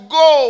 go